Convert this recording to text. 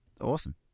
Awesome